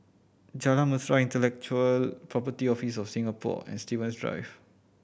Jalan Mesra Intellectual Property Office of Singapore and Stevens Drive